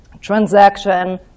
transaction